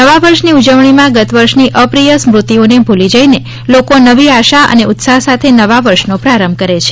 નવા વર્ષની ઉજવણીમાં ગત વર્ષની અપ્રિય સ્મૃતિઓને ભુલી જઈને લોકોનવી આશા અને ઉત્સાફ સાથે નવા વર્ષનો પ્રારંભ કરે છે